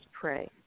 pray